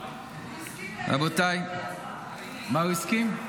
הוא הסכים --- מה הוא הסכים?